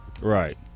Right